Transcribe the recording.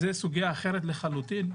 זו סוגיה אחרת לחלוטין,